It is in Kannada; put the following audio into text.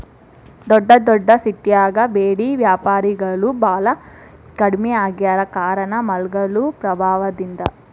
ದೊಡ್ಡದೊಡ್ಡ ಸಿಟ್ಯಾಗ ಬೇಡಿ ವ್ಯಾಪಾರಿಗಳು ಬಾಳ ಕಡ್ಮಿ ಆಗ್ಯಾರ ಕಾರಣ ಮಾಲ್ಗಳು ಪ್ರಭಾವದಿಂದ